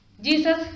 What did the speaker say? Jesus